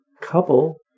couple